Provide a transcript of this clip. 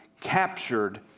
captured